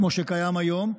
כמו שקיים היום,